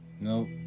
Nope